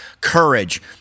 courage